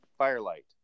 Firelight